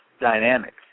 dynamics